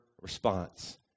response